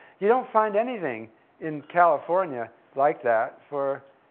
you don't find anything in california like that for,